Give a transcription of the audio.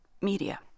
media